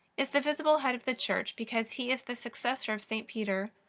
is the visible head of the church because he is the successor of st. peter,